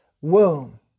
womb